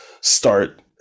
start